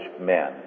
men